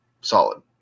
Solid